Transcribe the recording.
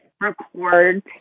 record